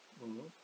mm